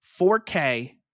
4k